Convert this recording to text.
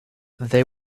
they